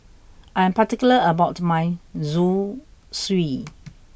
I am particular about my Zosui